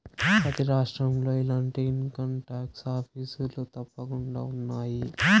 ప్రతి రాష్ట్రంలో ఇలాంటి ఇన్కంటాక్స్ ఆఫీసులు తప్పకుండా ఉన్నాయి